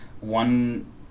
One